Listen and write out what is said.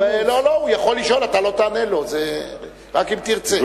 הוא יכול לשאול, אתה לא תענה לו, רק אם תרצה.